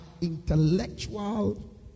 intellectual